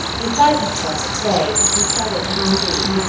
beside himself with rage he started to his feet,